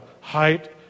height